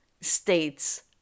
states